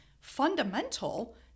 fundamental